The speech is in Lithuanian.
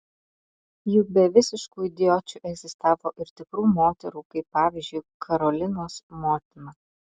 juk be visiškų idiočių egzistavo ir tikrų moterų kaip pavyzdžiui karolinos motina